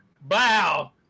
Bow